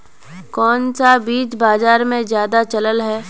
कोन सा बीज बाजार में ज्यादा चलल है?